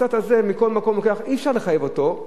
הקצת הזה, מכל מקום לוקח, אי-אפשר לחייב אותו.